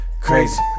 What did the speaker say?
crazy